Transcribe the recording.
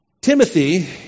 Timothy